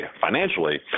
financially